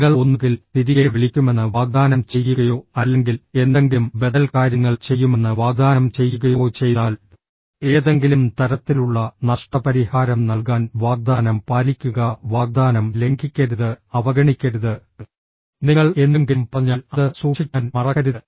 നിങ്ങൾ ഒന്നുകിൽ തിരികെ വിളിക്കുമെന്ന് വാഗ്ദാനം ചെയ്യുകയോ അല്ലെങ്കിൽ എന്തെങ്കിലും ബദൽ കാര്യങ്ങൾ ചെയ്യുമെന്ന് വാഗ്ദാനം ചെയ്യുകയോ ചെയ്താൽ ഏതെങ്കിലും തരത്തിലുള്ള നഷ്ടപരിഹാരം നൽകാൻ വാഗ്ദാനം പാലിക്കുക വാഗ്ദാനം ലംഘിക്കരുത് അവഗണിക്കരുത് നിങ്ങൾ എന്തെങ്കിലും പറഞ്ഞാൽ അത് സൂക്ഷിക്കാൻ മറക്കരുത്